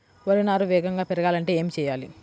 వరి నారు వేగంగా పెరగాలంటే ఏమి చెయ్యాలి?